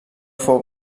fou